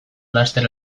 laster